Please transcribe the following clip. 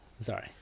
Sorry